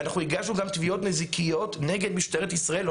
ואנחנו הגשנו גם תביעות נזיקיות נגד משטרת ישראל או